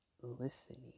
listening